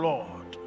Lord